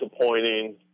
disappointing